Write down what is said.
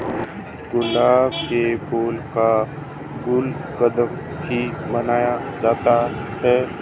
गुलाब के फूल का गुलकंद भी बनाया जाता है